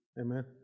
Amen